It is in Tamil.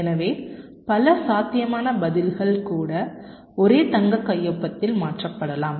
எனவே பல சாத்தியமான பதில்கள் கூட ஒரே தங்க கையொப்பத்தில் மாற்றப்படலாம்